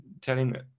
telling